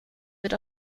wird